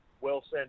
Wilson